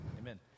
Amen